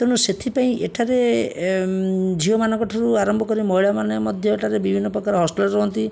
ତେଣୁ ସେଥିପାଇଁ ଏଠାରେ ଏ ଝିଅମାନଙ୍କଠାରୁ ଆରମ୍ଭ କରି ମହିଳାମାନେ ମଧ୍ୟ ଏଠାରେ ବିଭିନ୍ନପ୍ରକାର ହଷ୍ଟେଲରେ ରୁହନ୍ତି